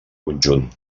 conjunt